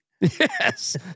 Yes